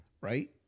right